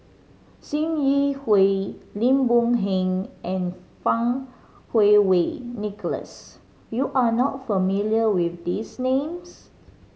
Sim Yi Hui Lim Boon Heng and Fang Kuo Wei Nicholas you are not familiar with these names